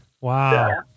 Wow